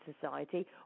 society